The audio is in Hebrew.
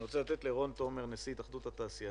אני רוצה לתת לרון תומר, נשיא התאחדות התעשיינים.